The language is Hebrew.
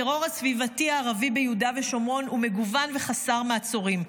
הטרור הסביבתי הערבי ביהודה ושומרון הוא מגוון וחסר מעצורים.